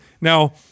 now